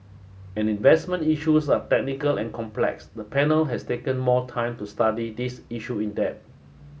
as investment issues are technical and complex the panel has taken more time to study this issue in depth